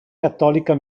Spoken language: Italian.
cattolica